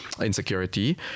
Insecurity